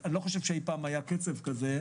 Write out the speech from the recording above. אני חושב שלא היה אי פעם קצב כזה.